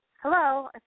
hello